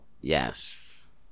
Yes